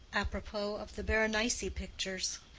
apropos of the berenice-pictures.